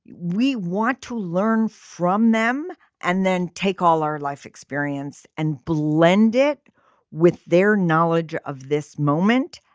we want to learn from them and then take all our life experience and blend it with their knowledge of this moment.